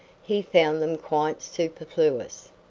he found them quite superfluous,